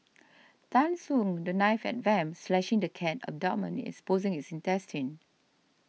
Tan swung the knife at vamp slashing the cat abdominis exposing its intestines